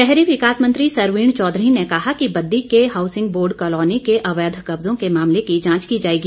शहरी विकास मंत्री सरवीण चौधरी ने कहा कि बद्दी के हाऊसिंग बोर्ड कालोनी के अवैध कब्जों के मामले की जांच की जाएगी